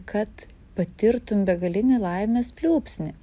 kad patirtum begalinį laimės pliūpsnį